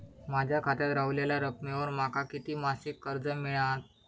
माझ्या खात्यात रव्हलेल्या रकमेवर माका किती मासिक कर्ज मिळात?